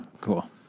Cool